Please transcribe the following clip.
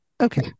Okay